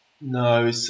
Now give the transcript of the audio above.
No